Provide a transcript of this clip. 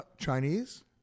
Chinese